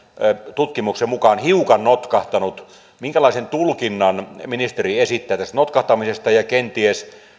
tutkimuksen mukaan hiukan notkahtanut minkälaisen tulkinnan ministeri esittää tästä notkahtamisesta ja